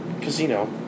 casino